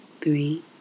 three